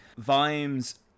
Vime's